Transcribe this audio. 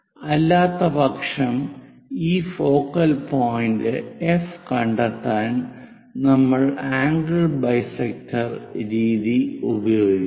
അല്ലാത്തപക്ഷം ഈ focal point F കണ്ടെത്താൻ നമ്മൾ ആംഗിൾ ബൈസെക്ടർ രീതി ഉപയോഗിക്കും